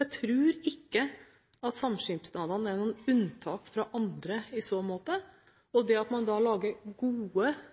Jeg tror ikke at samskipnadene er noe unntak fra andre i så måte. Det at man lager gode,